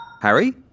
Harry